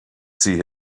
see